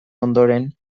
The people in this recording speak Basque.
ondoren